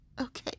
okay